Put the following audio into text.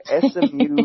SMU